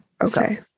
Okay